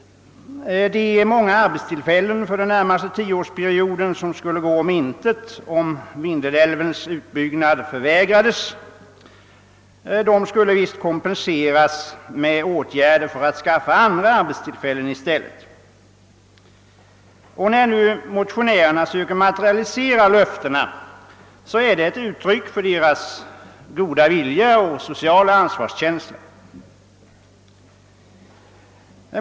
De många arbetstillfällen som skulle försvinna för den närmaste tioårsperioden om Vindelälven inte byggdes ut skulle kompenseras med åtgärder för att skaffa andra arbetstillfällen. När motionärerna nu försöker materialisera löftena är detta ett uttryck för deras goda vilja och sociala ansvarskänsla.